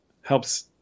helps